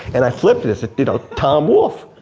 and i flipped this, it did on tom wolf.